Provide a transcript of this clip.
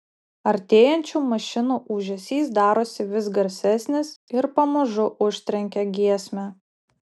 artėjančių mašinų ūžesys darosi vis garsesnis ir pamažu užtrenkia giesmę